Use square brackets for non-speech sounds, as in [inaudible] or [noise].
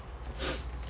[noise]